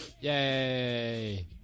Yay